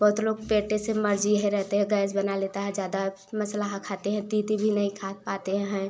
बहुत लोग पेटे से मर जिहे रहते हैं गैस बना लेता है ज़्यादा मसाला खाते हैं तीत भी नही खा पाते हैं